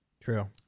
True